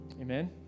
Amen